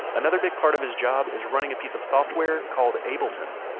another big part of his job is running a piece of software called ableton